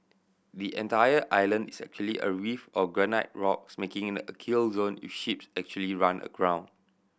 the entire island is actually a reef of granite rocks making it a kill zone if ships actually run aground